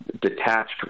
detached